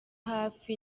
hafi